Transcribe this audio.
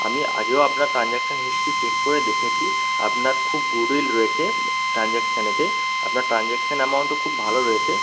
আমি আগেও আপনার ট্রানজ্যাকশন হিস্ট্রি চেক করে দেখেছি আপনার খুব গুডউইল রয়েছে ট্রানজ্যাকশনেতে আপনার ট্রানজ্যাকশন অ্যামাউন্টও খুব ভালো রয়েছে